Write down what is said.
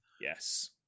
Yes